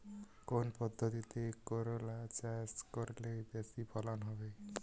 কোন পদ্ধতিতে করলা চাষ করলে বেশি ফলন হবে?